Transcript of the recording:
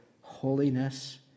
holiness